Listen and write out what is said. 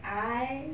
I